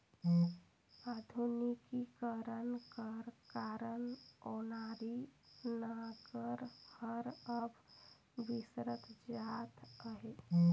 आधुनिकीकरन कर कारन ओनारी नांगर हर अब बिसरत जात अहे